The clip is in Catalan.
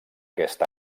aquest